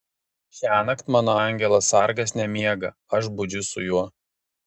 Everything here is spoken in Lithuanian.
šiąnakt mano angelas sargas nemiega aš budžiu su juo